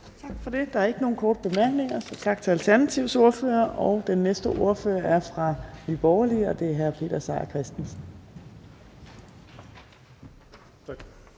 Tak for det. Der er ikke nogen korte bemærkninger, så vi siger tak til Alternativets ordfører. Den næste ordfører er fra Nye Borgerlige, og det er hr. Peter Seier Christensen.